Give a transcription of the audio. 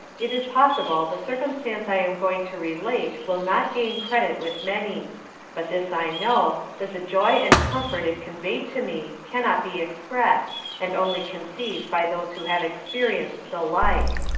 it is possible the circumstance i am going to relate will not gain credit with many but this i know, that the joy and comfort it conveyed to me, cannot be expressed and only conceived by those who have experienced the like.